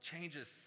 Changes